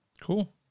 Cool